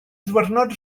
ddiwrnod